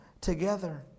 together